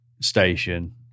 Station